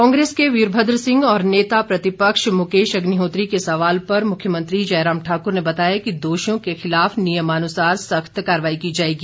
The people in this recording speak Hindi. कांग्रेस के वीरभद्र सिंह और नेता प्रतिपक्ष मुकेश अग्निहोत्री के सवाल पर मुख्यमंत्री जयराम ठाकुर ने बताया कि दोषियों के खिलाफ नियमानुसार सख्त कार्रवाई की जाएगी